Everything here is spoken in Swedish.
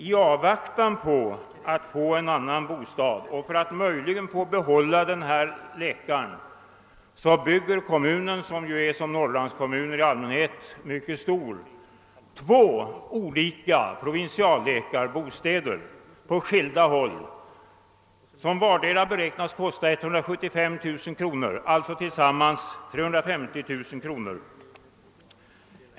I avvaktan på att få en annan bostad och för att möjligen kunna behålla den här läkaren bygger kommunen — liksom norrlandskommuner i allmänhet är den mycket stor — två provinsialläkarbostäder på skilda håll som vardera beräknas kosta 175 000 kr., alltså tillsammans 350 000 kr.